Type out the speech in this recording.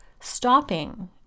stopping